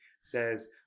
says